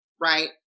Right